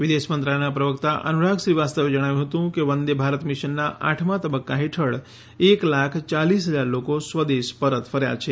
વિદેશ મંત્રાલયનાં પ્રવક્તા અનુરાગ શ્રી વાસ્તવે જણાવ્યું હતું કે વંદે ભારત મિશનનાં આઠમામાં તબક્કા હેઠળ એક લાખ ચાલીસ હજાર લોકો સ્વદેશ પરત ફર્યા છે